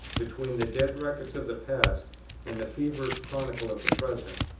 between the dead records of the past and the feverish chronicle of the present.